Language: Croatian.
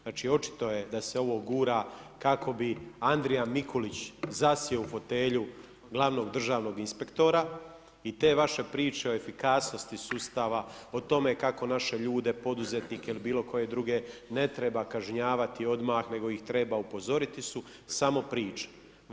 Znači očito je da se ovo gura kako bi Andrija Mikulić zasjeo u fotelju glavnog državnog inspektora i te vaše priče o efikasnosti sustava, o tome kako naše ljude poduzetnike ili bilo koje druge ne treba kažnjavati odmah, nego ih treba upozoriti su samo priče.